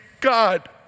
God